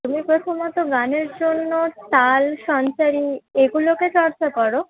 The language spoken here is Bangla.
তুমি প্রথমত গানের জন্য তাল সঞ্চারি এগুলোকে চর্চা করো